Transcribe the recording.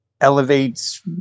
Elevates